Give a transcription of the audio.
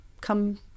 come